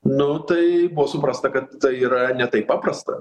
nu tai buvo suprasta kad tai yra ne taip paprasta